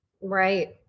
Right